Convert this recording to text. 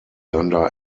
under